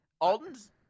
Alton's